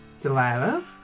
Delilah